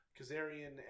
Kazarian